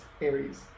aries